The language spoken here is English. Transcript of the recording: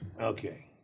Okay